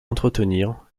entretenir